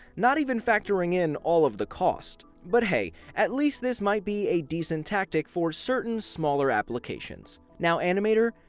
not even factoring in all of the cost. but hey, at least this might be a decent tactic for certain smaller applications. now animator,